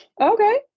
Okay